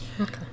Okay